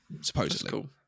supposedly